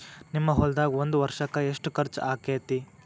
ನಿಮ್ಮ ಹೊಲ್ದಾಗ ಒಂದ್ ವರ್ಷಕ್ಕ ಎಷ್ಟ ಖರ್ಚ್ ಆಕ್ಕೆತಿ?